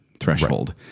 Threshold